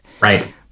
Right